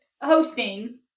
hosting